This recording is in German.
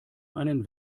einen